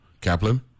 Kaplan